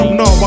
no